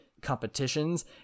competitions